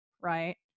right